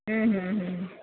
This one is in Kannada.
ಹ್ಞೂ ಹ್ಞೂ ಹ್ಞೂ